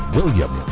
William